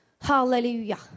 Hallelujah